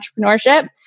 entrepreneurship